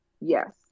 Yes